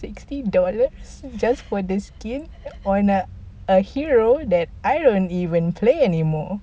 sixty dollars just for the skin on a a hero that I don't even play anymore